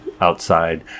outside